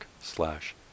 slash